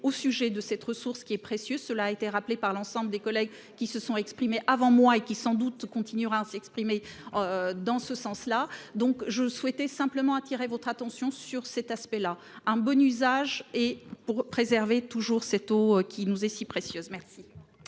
au sujet de cette ressource qui est précieux. Cela a été rappelé par l'ensemble des collègues qui se sont exprimés avant moi et qui sans doute continuera à s'exprimer. Dans ce sens donc je souhaitais simplement attirer votre attention sur cet aspect-là un bon usage et pour préserver, toujours cette eau qui nous est si précieuse, merci.